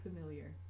familiar